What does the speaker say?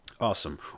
Awesome